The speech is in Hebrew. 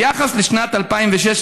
ביחס לשנת 2016,